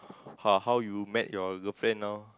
how how you met your girlfriend now